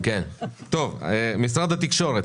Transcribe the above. שאלות למשרד התקשורת,